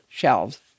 shelves